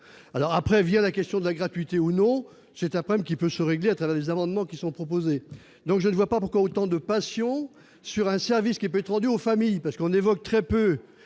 alors après, vient la question de la gratuité ou non, c'est un problème qui peut se régler à travers des amendements qui sont proposés, donc je ne vois pas pourquoi autant de passion, sur un service qui peut être rendus aux familles parce qu'on évoque très peu,